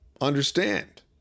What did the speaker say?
understand